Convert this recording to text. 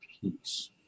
peace